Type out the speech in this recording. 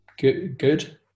good